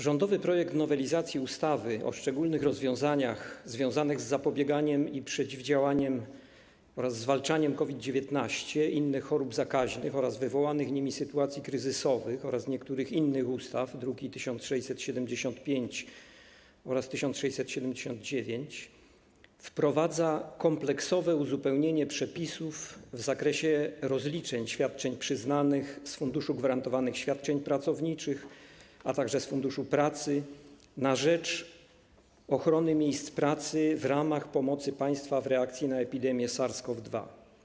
Rządowy projekt nowelizacji ustawy o szczególnych rozwiązaniach związanych z zapobieganiem, przeciwdziałaniem i zwalczaniem COVID-19, innych chorób zakaźnych oraz wywołanych nimi sytuacji kryzysowych oraz niektórych innych ustaw, druki nr 1675 oraz 1679, wprowadza kompleksowe uzupełnienie przepisów w zakresie rozliczeń świadczeń przyznanych z Funduszu Gwarantowanych Świadczeń Pracowniczych, a także z Funduszu Pracy na rzecz ochrony miejsc pracy w ramach pomocy państwa w reakcji na epidemię SARS-COV-2.